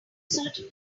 certain